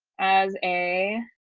as a